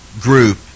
group